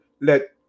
let